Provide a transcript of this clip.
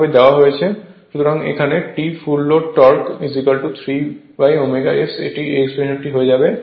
সুতরাং এখানে T full load torque 3ω S এই এক্সপ্রেশন হবে